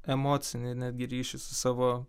emocinį netgi ryšį su savo